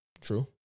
True